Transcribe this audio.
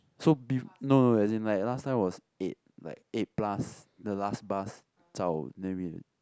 so be~ no no no as in like last time was eight like eight plus the last bus zao then we